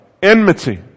enmity